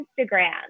Instagram